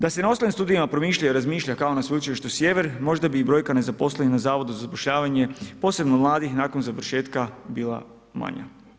Da se na ostalim studijima promišlja i razmišlja kao na Sveučilištu Sjever, možda bi brojka nezaposlenih na Zavodu za zapošljavanje, posebno mladih, nakon završetka bila manja.